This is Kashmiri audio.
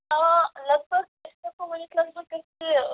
آ لگ بگ أسۍ ہیٚکو ؤنِتھ لگ بگ یہِ